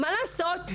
מה לעשות?